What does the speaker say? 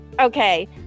Okay